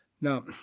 Now